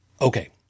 Okay